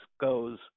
goes